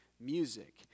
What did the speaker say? music